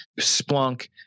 Splunk